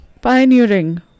pioneering